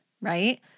right